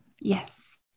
Yes